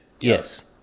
Yes